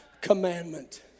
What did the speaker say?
commandment